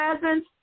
presence